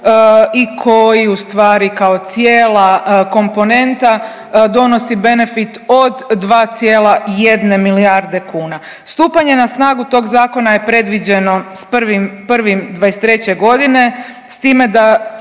i koji ustvari kao cijela komponenta donosi benefit od 2,1 milijarde kuna. Stupanje na snagu tog zakona je predviđeno s 1.1.'23.g. s time da